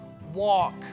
walk